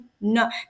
no